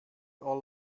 all